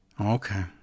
Okay